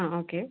ആ ഓക്കെ